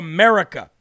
America